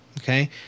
okay